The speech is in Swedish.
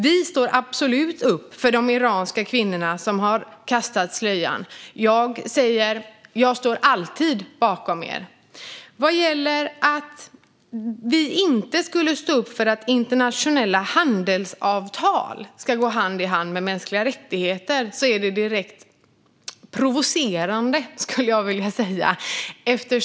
Vi står absolut upp för de iranska kvinnor som har kastat slöjan. Jag säger: Jag står alltid bakom er. Att vi inte skulle stå upp för att internationella handelsavtal ska gå hand i hand med mänskliga rättigheter är direkt provocerande, skulle jag vilja säga.